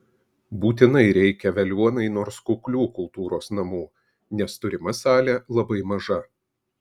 būtinai reikia veliuonai nors kuklių kultūros namų nes turima salė labai maža